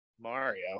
Mario